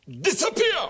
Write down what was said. disappear